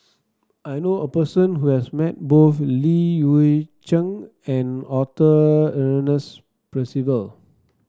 I knew a person who has met both Li Hui Cheng and Arthur Ernest Percival